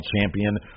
champion